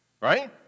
right